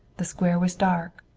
the square was dark,